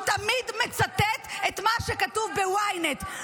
הוא תמיד מצטט את מה שכתוב ב-ynet.